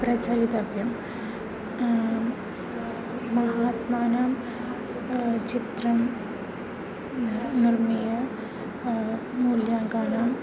प्रचलितव्यं महात्मानं चित्रं नर् निर्मीय मूल्याङ्कानां